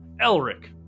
elric